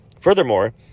Furthermore